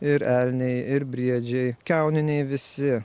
ir elniai ir briedžiai kiauniniai visi